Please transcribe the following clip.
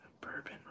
Bourbon